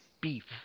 beef